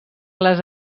les